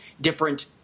different